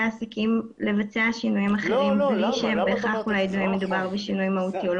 העסקים לבצע שינויים אחרים בלי שבהכרח אולי מדובר בשינויים מהותיים.